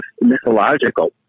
mythological